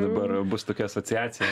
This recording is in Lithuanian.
dabar bus tokia asociacija